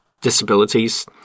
disabilities